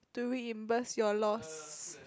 to reimburse your loss